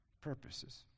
purposes